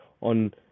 on